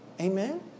Amen